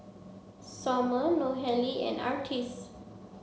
Sommer Nohely and Artis